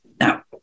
Now